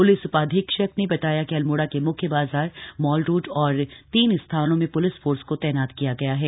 police उपाधीक्षक ने बताया कि अल्मोड़ा के म्ख्य बाजार मालरोड और तीन स्थानों में प्लिस फोर्स को तैनात किया गया है